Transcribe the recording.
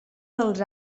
dels